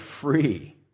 free